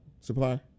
supply